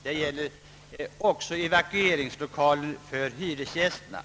Man måste också skaffa evakueringslokaler för hyresgästerna.